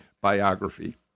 biography